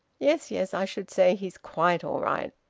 yes, yes. i should say he's quite all right.